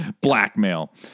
Blackmail